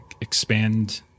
expand